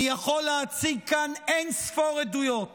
אני יכול להציג כאן אין-ספור עדויות